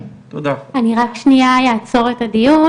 אני רק שנייה יעצור את הדיון,